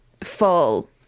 full